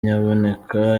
nyabuneka